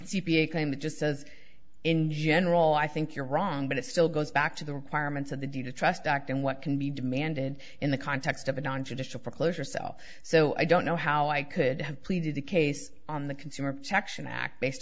claim that just says in general i think you're wrong but it still goes back to the requirements of the do trust act and what can be demanded in the context of a nontraditional foreclosure sell so i don't know how i could have pleaded the case on the consumer protection act based